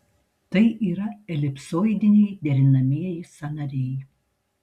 tai yra elipsoidiniai derinamieji sąnariai